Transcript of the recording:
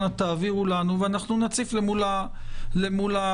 אנא העבירו לנו ונציף למול המשרדים.